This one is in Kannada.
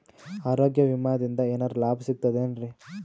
ಆರೋಗ್ಯ ವಿಮಾದಿಂದ ಏನರ್ ಲಾಭ ಸಿಗತದೇನ್ರಿ?